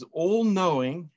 all-knowing